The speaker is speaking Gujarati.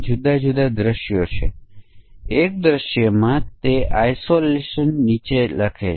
પ્રથમ પરિમાણ s1 માટે ત્યાં બે અમાન્ય સમકક્ષ વર્ગ છે એક 20 કરતા વધારે હોય છે અને પછી અમાન્ય અક્ષર જેમ કે નિયંત્રણ અક્ષર હોઈ શકે છે